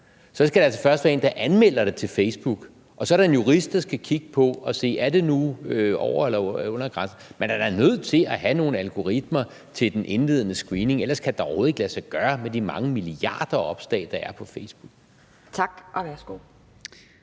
skal der altså først være en, der anmelder det til Facebook, og så er der en jurist, der skal kigge på det og se, om det nu er over eller under grænsen. Man er da nødt til at have nogle algoritmer til den indledende screening, ellers kan det da overhovedet ikke lade sig gøre med de mange milliarder opslag, der er på Facebook. Kl.